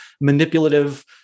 manipulative